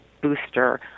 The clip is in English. booster